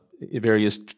various